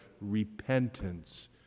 repentance